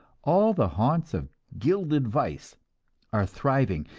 all the haunts of gilded vice are thriving,